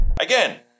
Again